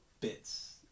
bits